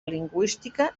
lingüística